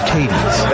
Katie's